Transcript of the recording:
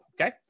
Okay